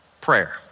prayer